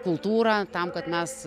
kultūrą tam kad mes